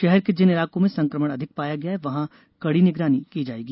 शहर के जिन इलाकों में संक्रमण अधिक पाया गया है वहां कड़ी निगरानी की जाएगी